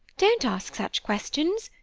don't ask such questions.